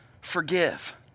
forgive